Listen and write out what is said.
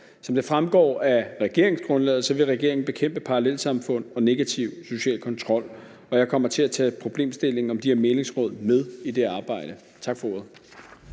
Som det fremgår af regeringsgrundlaget, vil regeringen bekæmpe parallelsamfund og negativ social kontrol, og jeg kommer til at tage problemstillingen om de her mæglingsråd med i det arbejde. Tak for ordet.